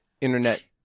Internet